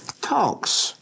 talks